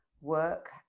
work